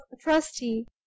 trustee